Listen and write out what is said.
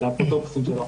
את האפוטרופוסים שלו,